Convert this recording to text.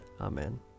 Amen